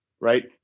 right